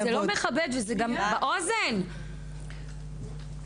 עם מה אני אעבוד.